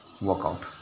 workout